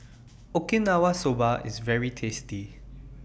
Okinawa Soba IS very tasty